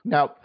Now